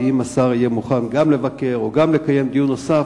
ואם השר יהיה מוכן גם לבקר או גם לקיים דיון נוסף,